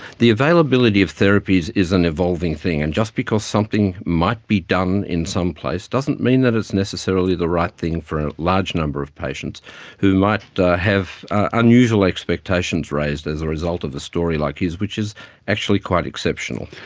the availability of therapies is an evolving thing, and just because something might be done in some place doesn't mean that it's necessarily the right thing for a large number of patients who might have unusual expectations raised as the result of a story like his which is actually quite exceptional.